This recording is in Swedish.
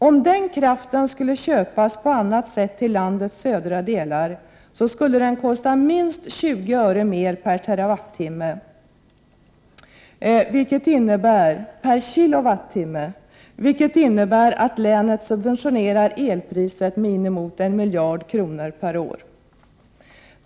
Om den kraften skulle köpas på annat sätt till landets södra delar skulle den kosta minst 20 öre mer per kWh, vilket innebär att länet subventionerar elpriset med inemot en miljard kronor per år.